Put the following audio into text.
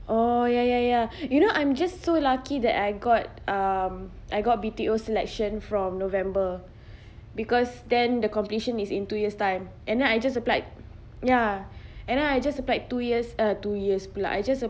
oh ya ya ya you know I'm just so lucky that I got um I got B_T_O selection from november because then the completion is in two years time and then I just applied ya and I just applied two years uh two years pula I just